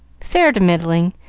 fair to middling.